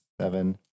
seven